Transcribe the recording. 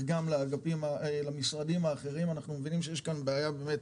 גם למשרדים האחרים אנחנו מבינים שיש כאן בעיה באמת,